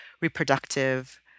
reproductive